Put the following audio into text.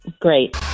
Great